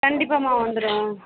கண்டிப்பாகமா வந்துவிடும்